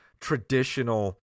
traditional